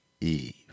Eve